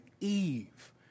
Eve